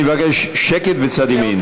אני מבקש שקט בצד ימין.